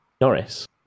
norris